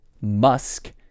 musk